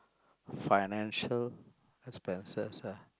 financial expenses ah